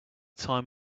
time